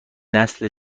نسل